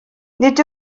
nid